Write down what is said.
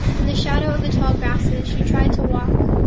in the shadow of the tall grasses she tried to walk,